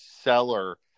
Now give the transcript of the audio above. seller